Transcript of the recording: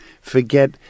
Forget